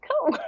cool